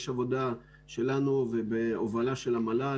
יש עבודה שלנו, בהובלה של המל"ל,